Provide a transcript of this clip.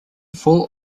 four